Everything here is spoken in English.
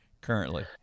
currently